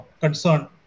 concern